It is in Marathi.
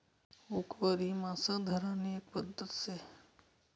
हुकवरी मासा धरानी एक पध्दत शे